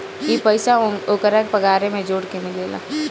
ई पइसा ओन्करा पगारे मे जोड़ के मिलेला